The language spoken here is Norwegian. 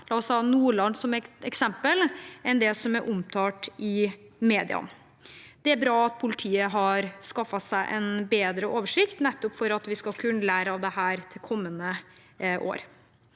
la oss ta Nordland som et eksempel. Det er bra at politiet har skaffet seg en bedre oversikt, nettopp for at vi skal kunne lære av dette til kommende år.